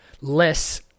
less